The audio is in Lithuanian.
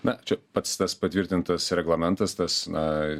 na čia pats tas patvirtintas reglamentas tas na